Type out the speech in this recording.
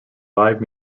live